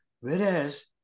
Whereas